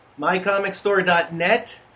MyComicStore.net